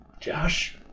Josh